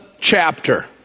chapter